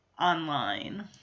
online